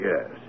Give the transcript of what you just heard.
yes